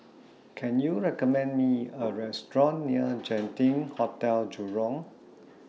Can YOU recommend Me A Restaurant near Genting Hotel Jurong